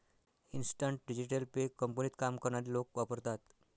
instant digital pay कंपनीत काम करणारे लोक वापरतात